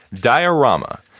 Diorama